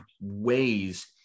ways